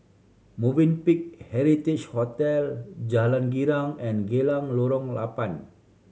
Movenpick Heritage Hotel Jalan Girang and Geylang Lorong Labang